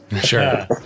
Sure